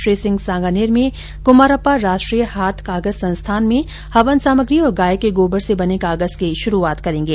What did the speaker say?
श्री सिंह सांगानेर में कुमारप्पा राष्ट्रीय हाथ कागज संस्थान में हवन सामग्री और गाय के गोबर से बने कागज की शुरूआत करेंगे